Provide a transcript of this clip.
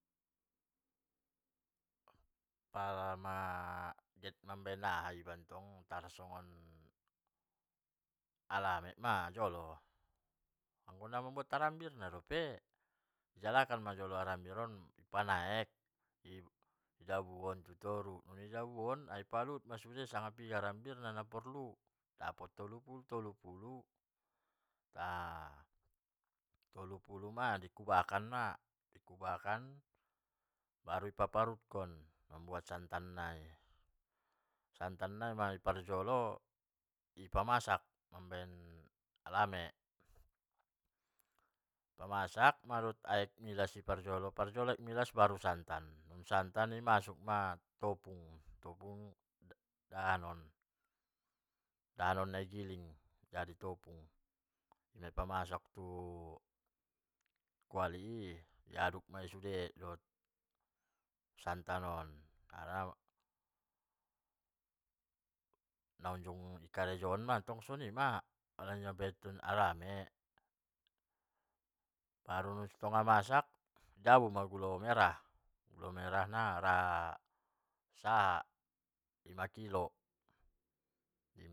Pala giot mambaen ahamantong tarsongon alame majolo, mambuat harambirna dope, ijalakan majo harambir on, ipanaek idabuhon tu toru, dung ipadabuhon di paluhut ma sude harambirna sanga sadia naporlu, dapot tolu puluh, tolu puluhma toluh puluh ma ikubakan ma baru di paparutkon mambuat santan nai, santan nai ma i parjolo i pamasak mambaen alame, mamasak aek milas, pajolo aek milas baru santan, baru i pamasuk topung, topung dahanon, dahanon nadigiling jadi topung, ipamasuk tu kualai i di aduk mai sude dohto santan on naunjung i karejohon tong soni ma apaalgi mambaen kon alame, baru dung satonga masak dabu ma gulo merah, gulo merah na ra non sakilo.